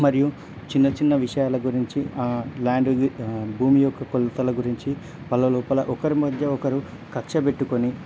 మరియు చిన్న చిన్న విషయాల గురించి ల్యాండ్ది భూమి యొక్క కొలతల గురించి వాళ్ళ లోపల ఒకరి మధ్య ఒకరు కక్ష పెట్టుకొని